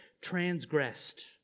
transgressed